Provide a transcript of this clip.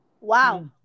Wow